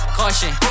caution